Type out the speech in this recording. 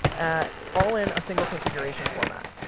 ah all in a single configuration format.